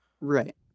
Right